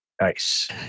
Nice